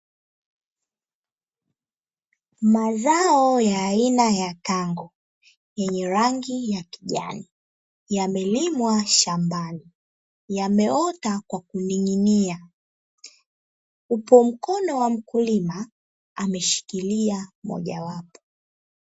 Mazao ya aina ya tango yenye rangi ya kijani yamelimwa shambani, yameota kwa kuning'inia. Upo mkono wa mkulima ameshikilia moja wapo.